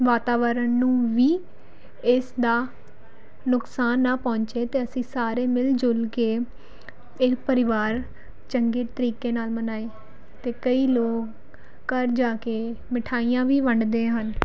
ਵਾਤਾਵਰਣ ਨੂੰ ਵੀ ਇਸਦਾ ਨੁਕਸਾਨ ਨਾ ਪਹੁੰਚੇ ਅਤੇ ਅਸੀਂ ਸਾਰੇ ਮਿਲਜੁਲ ਕੇ ਇਹ ਪਰਿਵਾਰ ਚੰਗੇ ਤਰੀਕੇ ਨਾਲ ਮਨਾਏ ਅਤੇ ਕਈ ਲੋਕ ਘਰ ਜਾ ਕੇ ਮਿਠਾਈਆਂ ਵੀ ਵੰਡਦੇ ਹਨ